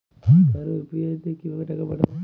কারো ইউ.পি.আই তে কিভাবে টাকা পাঠাবো?